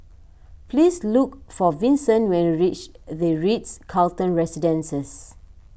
please look for Vinson when you reach the Ritz Carlton Residences